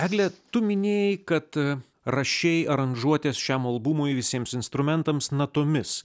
egle tu minėjai kad rašei aranžuotes šiam albumui visiems instrumentams natomis